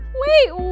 wait